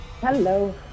Hello